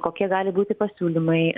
kokie gali būti pasiūlymai